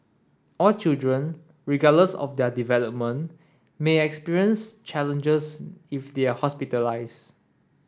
all children regardless of their development may experience challenges if they are hospitalised